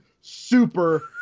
super